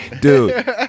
Dude